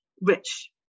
rich